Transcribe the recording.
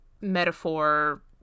Metaphor